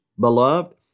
Beloved